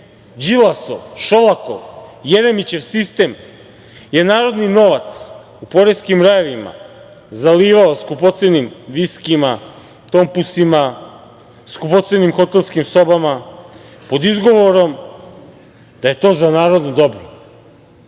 Đilasov, Šolakov, Jeremićev sistem je narodni novac u poreskim rajevima zalivao skupocenim viskijima, tompusima, skupocenim hotelskim sobama pod izgovorom da je to za narodno dobro.